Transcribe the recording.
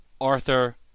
Arthur